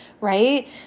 right